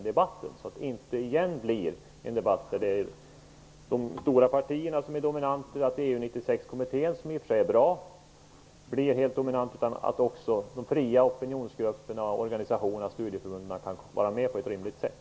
Det får inte igen bli en debatt där de stora partierna och EU 96-kommittén, som i och för sig är bra, är helt dominerande. Även de fria opinionsgrupperna och organisationerna, studieförbunden m.m. bör få vara med på ett rimligt sätt.